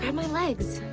and my legs.